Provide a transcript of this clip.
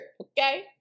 okay